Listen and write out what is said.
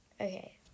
Okay